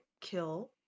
kill